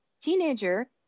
Teenager